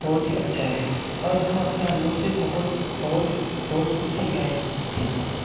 बहुत ही अच्छा है और हम अपने अनुभव से बहुत बहुत बहुत कुछ सीखा है धन्यवाद